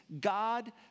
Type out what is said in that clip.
God